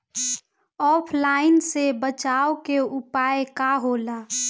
ऑफलाइनसे बचाव के उपाय का होला?